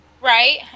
Right